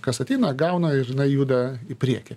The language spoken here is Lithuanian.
kas ateina gauna ir jinai juda į priekį